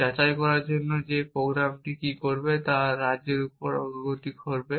যাচাই করার জন্য যে প্রোগ্রামটি কী করবে তা রাজ্যের উপরে অগ্রগতি করবে